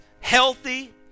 healthy